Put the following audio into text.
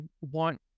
want